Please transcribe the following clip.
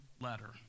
letter